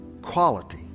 quality